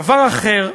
דבר אחר,